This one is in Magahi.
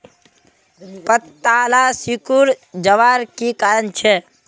पत्ताला सिकुरे जवार की कारण छे?